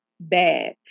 bad